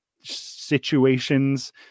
situations